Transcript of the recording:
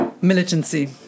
militancy